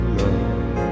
love